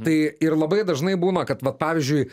tai ir labai dažnai būna kad vat pavyzdžiui